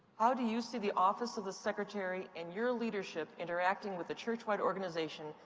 how do you see the office of the secretary and your leadership interacting with the churchwide organization,